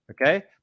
okay